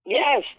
yes